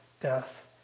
death